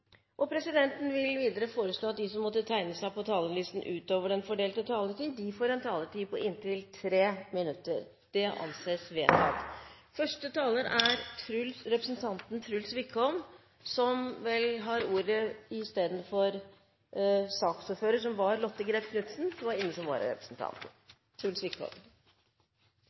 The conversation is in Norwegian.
vil presidenten foreslå at de som måtte tegne seg på talerlisten utover den fordelte taletid, får en taletid på inntil 3 minutter. – Det anses vedtatt. Første taler er representanten Truls Wickholm som får ordet i stedet for ordføreren for saken, Lotte Grepp Knutsen, som var inne som vararepresentant. Lotte Grepp Knutsen var inne for representanten Truls Wickholm,